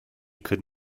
could